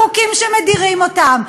בחוקים שמדירים אותם,